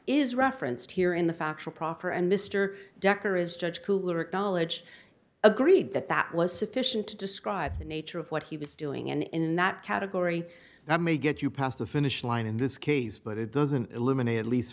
is referenced here in the factual proffer and mr decker is judge cooler acknowledge agreed that that was sufficient to describe the nature of what he was doing and in that category that may get you past the finish line in this case but it doesn't eliminate at least